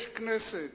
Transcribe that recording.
יש כנסת,